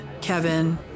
Kevin